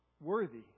worthy